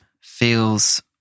feels